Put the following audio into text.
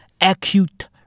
Acute